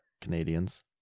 canadians